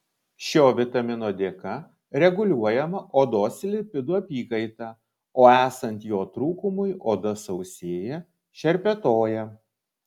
šio vitamino dėka reguliuojama odos lipidų apykaita o esant jo trūkumui oda sausėja šerpetoja